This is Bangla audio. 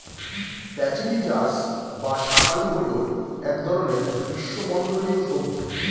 প্যাচিরিজাস বা শাঁকালু হল এক ধরনের গ্রীষ্মমণ্ডলীয় সবজি